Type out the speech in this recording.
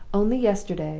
only yesterday,